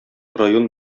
район